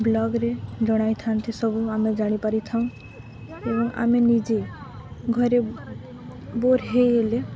ବ୍ଲଗରେ ଜଣାଇଥାନ୍ତି ସବୁ ଆମେ ଜାଣିପାରିଥାଉଁ ଏବଂ ଆମେ ନିଜେ ଘରେ ବୋର ହେଇଗଲେ